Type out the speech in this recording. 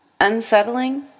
Unsettling